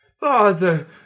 Father